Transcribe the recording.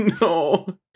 No